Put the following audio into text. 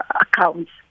accounts